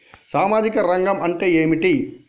సామాజిక రంగం అంటే ఏమిటి?